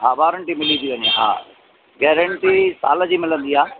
हा वारंटी मिली ती वञे हा गारंटी साल जी मिलंदी आहे